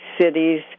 cities